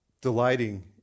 delighting